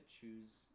choose